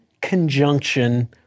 conjunction